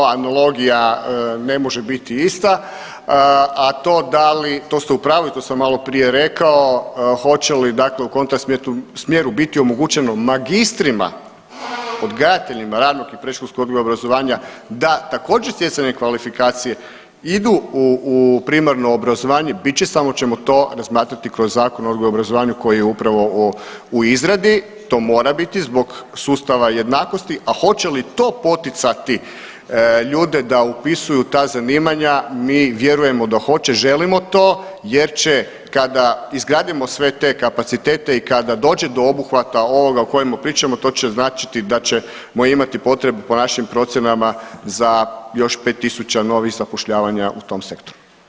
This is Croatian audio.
Analogija ne može biti ista, a to da li, to ste u pravu i to sam maloprije rekao, hoće li, dakle, u kontra smjeru biti omogućeno magistrima odgajateljima ranog i predškolskog odgoja i obrazovanja da također, stjecanje kvalifikacije idu u primarno obrazovanje, bit će, samo ćemo to razmatrati kroz Zakon o odgoju i obrazovanju koji je upravo u izradi, to mora biti zbog sustava jednakosti, a hoće li to poticati ljude da upisuju ta zanimanja, mi vjerujemo da hoće, želimo to jer će kada izgradimo sve te kapacitete i kada dođe do obuhvata ovoga o kojemu pričamo, to će značiti da ćemo imati potrebu, po našim procjenama za još 5 tisuća novih zapošljavanja u tom sektoru.